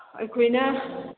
ꯑꯩꯈꯣꯏꯅ